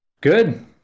Good